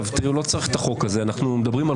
לא צריך את החוק הזה, אנחנו מדברים על